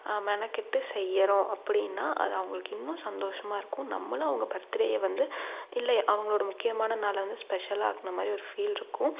மெனக்கெட்டு செய்கிறோம் அப்படின்னா அது அவங்களுக்கு இன்னும் சந்தோஷமாக இருக்கும் நம்மளும் அவங்க பர்த்துடேயை வந்து இல்லை அவங்களோடய முக்கியமான நாளை வந்து ஸ்பெஷலாக ஆக்கின மாதிரி ஒரு ஃபீல்ருக்கும்